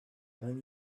then